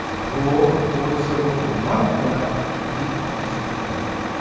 draw a quarter circle from one corner to the opposite corner.